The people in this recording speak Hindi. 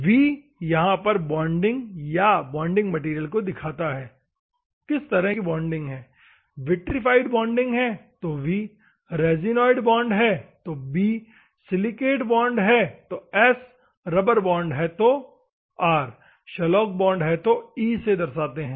V यहां पर बॉन्डिंग या बॉन्डिंग मैटेरियल को दर्शाता है किस तरह की बॉन्डिंग है विट्रीफाइड बॉन्डिंग है तो V रेजिनॉइड बॉन्ड है तो B सिलीकेट बॉन्ड है तो S रबर बॉन्ड है तो R शैलॉक बॉन्ड है तो E से दर्शाते है